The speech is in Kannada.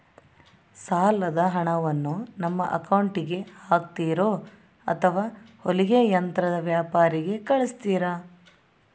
ಸಾಲದ ಹಣವನ್ನು ನಮ್ಮ ಅಕೌಂಟಿಗೆ ಹಾಕ್ತಿರೋ ಅಥವಾ ಹೊಲಿಗೆ ಯಂತ್ರದ ವ್ಯಾಪಾರಿಗೆ ಕಳಿಸ್ತಿರಾ?